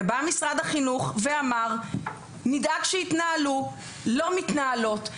משרד החינוך אמר שידאגו שיתנהלו לא מתנהלות.